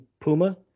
Puma